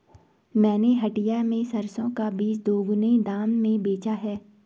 मैंने हटिया में सरसों का बीज दोगुने दाम में बेचा है